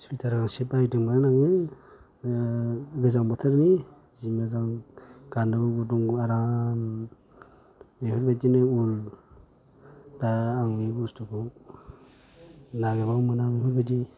सुइटार गांसे बायदोंमोन आङो गोजांबोथोरनि जि मोजां गान्नो गुदुं अराम बेफोरबायदिनो उल दा आं बे बुस्थुखौ नागिरबाबो मोना बेफोरबायदि